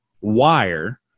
wire